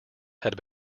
had